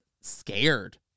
scared